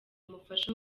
umufasha